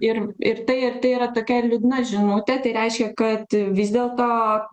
ir ir tai ir tai yra tokia liūdna žinutė tai reiškia kad vis dėlto